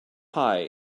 pie